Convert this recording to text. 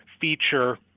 feature